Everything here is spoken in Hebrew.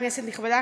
כנסת נכבדה,